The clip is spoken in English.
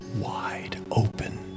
wide-open